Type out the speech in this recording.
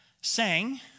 sang